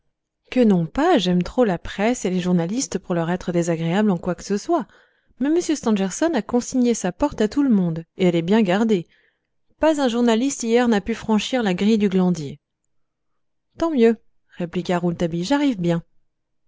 que non pas j'aime trop la presse et les journalistes pour leur être désagréable en quoi que ce soit mais m stangerson a consigné sa porte à tout le monde et elle est bien gardée pas un journaliste hier n'a pu franchir la grille du glandier tant mieux répliqua rouletabille j'arrive bien